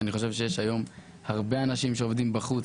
אני חושב שיש היום הרבה אנשים שעובדים בחוץ,